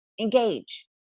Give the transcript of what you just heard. engage